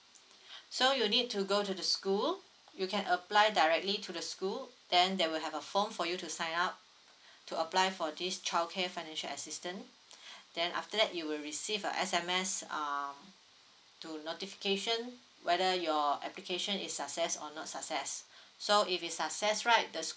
so you need to go to the school you can apply directly to the school then they will have a form for you to sign up to apply for this childcare financial assistance then after that you will receive a S_M_S err to notification whether your application is success or not success so if its success right the